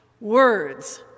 words